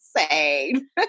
insane